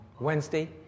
Wednesday